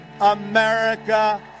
America